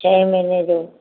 छह महीने जो